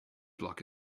block